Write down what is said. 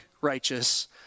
righteous